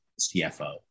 CFO